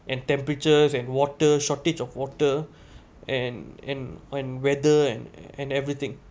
and temperatures and water shortage of water and and and weather and and everything